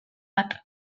bat